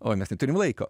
oi mes neturim laiko